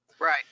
Right